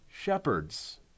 shepherds